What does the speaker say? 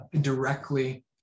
directly